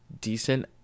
decent